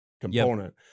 component